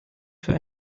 für